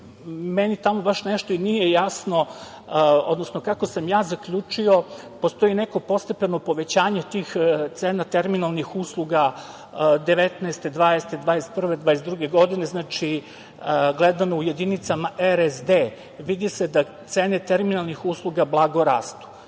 Meni tamo baš nešto i nije jasno, odnosno kako sam ja zaključio postoji neko postepeno povećanje tih cena terminalnih usluga 2019, 2020, 2021, 2022. godine. Znači, gledano u jedinicama RSD vidi se da cene terminalnih usluga blago rastu,